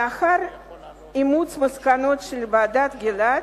לאחר אימוץ המסקנות של ועדת-גילת,